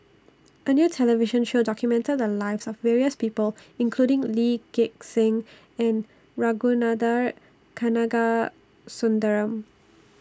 A New television Show documented The Lives of various People including Lee Gek Seng and Ragunathar Kanagasuntheram